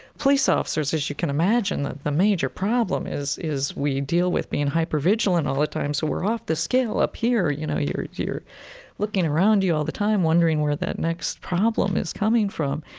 police officers, as you can imagine, the the major problem is is we deal with being hypervigilant all the time, so we're off the scale up here. you know, you're you're looking around you all the time wondering where that next problem is coming from.